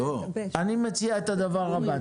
אני מציע את הדבר הבא.